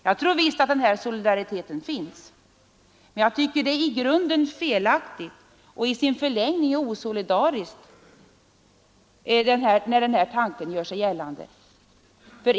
Jag tror visst att denna solidaritet finns, men jag tycker det är en i grunden felaktig — och i sin förlängning osolidarisk — tanke som här gör sig gällande.